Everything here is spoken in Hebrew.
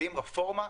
מביאים רפורמה,